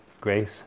grace